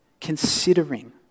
considering